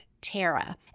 Tara